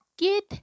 Get